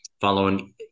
following